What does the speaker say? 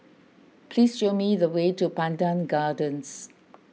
please show me the way to Pandan Gardens